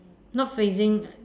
not facing